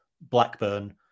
Blackburn